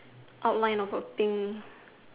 outline of a pink